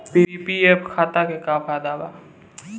PPF खाता के का फायदा बा?